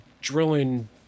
drilling